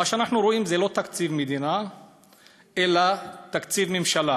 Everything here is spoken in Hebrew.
מה שאנחנו רואים זה לא תקציב מדינה אלא תקציב ממשלה,